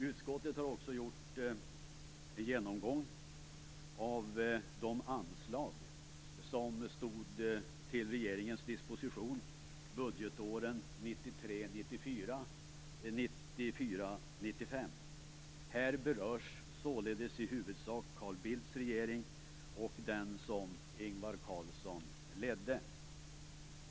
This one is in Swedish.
Utskottet har också gjort en genomgång av de anslag som stod till regeringens disposition budgetåren 1993 95. Här berörs således i huvudsak Carlsson ledde.